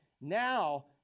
Now